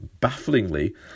bafflingly